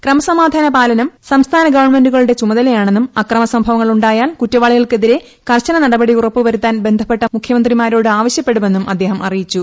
ക്രമസമാധാന പാലനം സംസ്ഥാനഗവണ്മെന്റുകളുടെ ചുമതലയാണെന്നും അക്രമസംഭവങ്ങളുണ്ടായാൽ കുറ്റവാളികൾക്കെതിരെ കർശന നടപടി ഉറപ്പു വരുത്താൻ ബന്ധപ്പെട്ട മുഖ്യമന്ത്രിമാരോട് ആവശ്യപ്പെടുമെന്നും അദ്ദേഹം അറിയിച്ചു